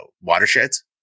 watersheds